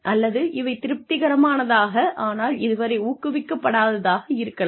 அல்லது இவை திருப்திகரமானதாக ஆனால் இதுவரை ஊக்குவிக்கப்படாததாக இருக்கலாம்